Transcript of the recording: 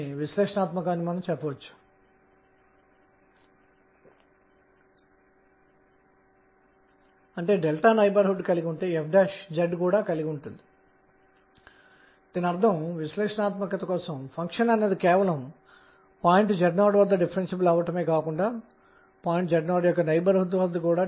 మరియు 3 డైమెన్షనల్ అంశంలో ఈ కక్ష్య కేవలం x y తలానికి మాత్రమే పరిమితం కానవసరం లేదు